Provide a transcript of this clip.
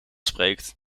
spreekt